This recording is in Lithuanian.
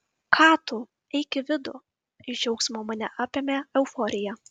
ką tu eik į vidų iš džiaugsmo mane apėmė euforija